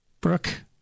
Brooke